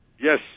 Yes